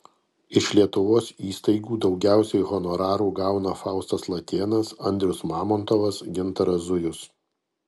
iš lietuvos įstaigų daugiausiai honorarų gauna faustas latėnas andrius mamontovas gintaras zujus